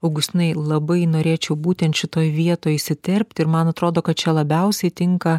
augustinai labai norėčiau būtent šitoj vietoj įsiterpt ir man atrodo kad čia labiausiai tinka